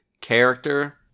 character